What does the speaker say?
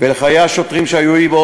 ולחיי השוטרים שהיו עמו,